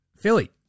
Philly